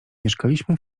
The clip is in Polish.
mieszkaliśmy